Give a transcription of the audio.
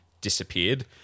disappeared